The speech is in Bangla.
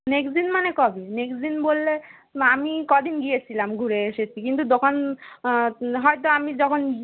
নেক্সট দিন মানে কবে নেক্সট দিন বললে আমি ক দিন গিয়েছিলাম ঘুরে এসেছি কিন্তু দোকান হয়তো আমি যখন